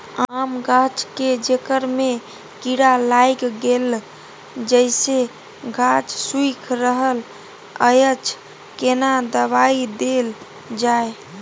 आम गाछ के जेकर में कीरा लाईग गेल जेसे गाछ सुइख रहल अएछ केना दवाई देल जाए?